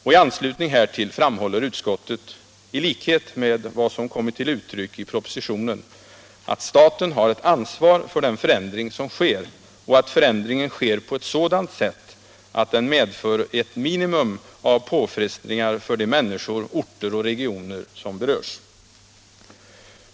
I anslutning härtill framhåller utskottet — i likhet med vad som kommer till uttryck i propositionen — att staten har ett ansvar för den förändring som sker och för att förändringen sker på ett sådant sätt att den medför ett minimum av påfrestningar för de människor, orter och regioner som berörs.